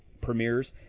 premieres